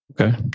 Okay